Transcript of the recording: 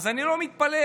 אני לא מתפלא.